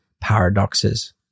paradoxes